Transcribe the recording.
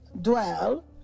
dwell